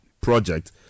project